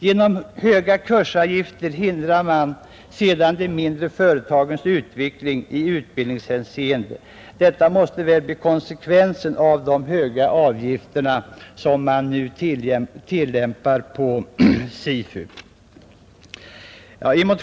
Genom höga kursavgifter hindrar man sedan de mindre företagens utveckling i utbildningshänseende — detta måste väl bli konsekvensen av de höga avgifter som nu tillämpas på SIFU.